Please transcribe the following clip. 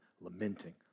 lamenting